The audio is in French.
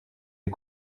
des